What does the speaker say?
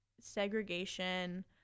segregation